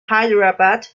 hyderabad